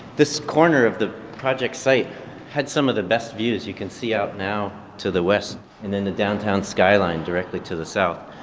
this corner of the project's site had some of the best views. you can see out now to the west and then the downtown skyline directly to the south.